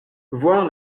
voir